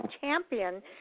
champion